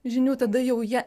žinių tada jau jie